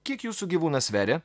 kiek jūsų gyvūnas sveria